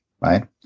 right